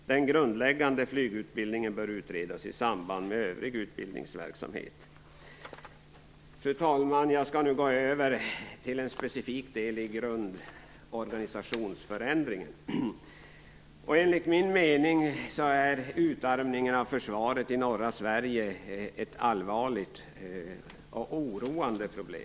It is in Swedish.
Den grundläggande flygutbildningen bör utredas i samband med övrig utbildningsverksamhet. Fru talman! Jag skall nu gå över till en specifik del i grundorganisationsförändringen. Enligt min mening är utarmningen av försvaret i norra Sverige ett allvarligt och oroande problem.